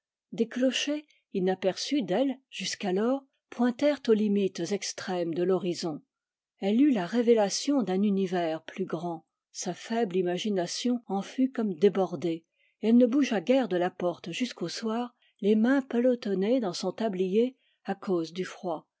des clochers inaperçus d'elle jusqu'alors pointèrent aux limites extrêmes de l'horizon elle eut la révélation d'un univers plus grand sa faible imagination en fut comme débordée et elle ne bougea guère de la porte jusqu au soir les mains pelotonnées dans son tablier à cause du froid